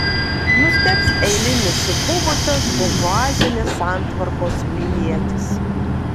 nustebs eilinis supuvusios buržuazinės santvarkos pilietis